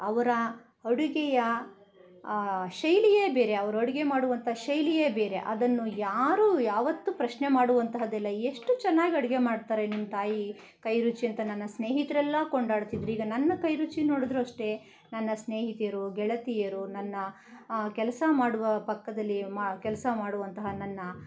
ಅವರ ಅಡುಗೆಯ ಶೈಲಿಯೇ ಬೇರೆ ಅವರು ಅಡುಗೆ ಮಾಡುವಂಥ ಶೈಲಿಯೇ ಬೇರೆ ಅದನ್ನು ಯಾರು ಯಾವತ್ತೂ ಪ್ರಶ್ನೆ ಮಾಡುವಂತಹದ್ದೇ ಅಲ್ಲ ಎಷ್ಟು ಚೆನ್ನಾಗಿ ಅಡುಗೆ ಮಾಡ್ತಾರೆ ನಿಮ್ಮ ತಾಯಿ ಕೈ ರುಚಿಯಂತ ನನ್ನ ಸ್ನೇಹಿತರೆಲ್ಲ ಕೊಂಡಾಡುತ್ತಿದ್ರು ಈಗ ನನ್ನ ಕೈರುಚಿ ನೋಡಿದ್ರೂ ಅಷ್ಟೇ ನನ್ನ ಸ್ನೇಹಿತೆಯರು ಗೆಳತಿಯರು ನನ್ನ ಕೆಲಸ ಮಾಡುವ ಪಕ್ಕದಲ್ಲಿ ಕೆಲಸ ಮಾಡುವಂತಹ ನನ್ನ